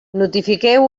notifiqueu